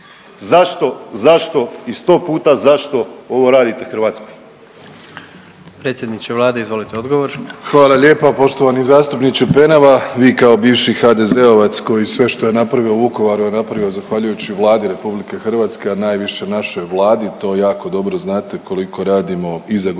Zašto, zašto i sto puta zašto ovo radite Hrvatskoj?